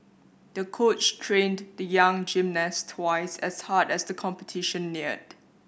the coach trained the young gymnast twice as hard as the competition neared